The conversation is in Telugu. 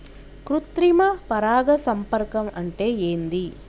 కృత్రిమ పరాగ సంపర్కం అంటే ఏంది?